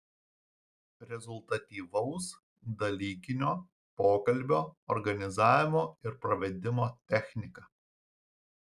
rezultatyvaus dalykinio pokalbio organizavimo ir pravedimo technika